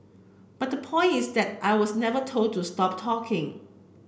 but the point is that I was never told to stop talking